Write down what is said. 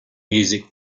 music